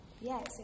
Yes